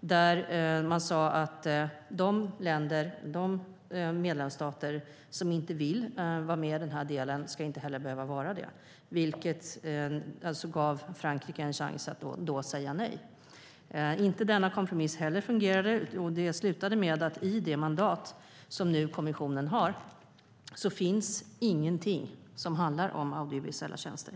där man sade att de länder eller medlemsstater som inte vill vara med i denna del inte heller ska behöva vara det. Det gav Frankrike en chans att säga nej. Inte heller denna kompromiss fungerade, och det slutade med att det i det mandat som kommissionen har inte finns någonting som handlar om audiovisuella tjänster.